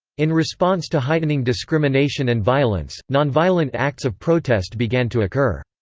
in response to heightening discrimination and violence, non-violent acts of protest began to occur.